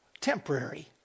Temporary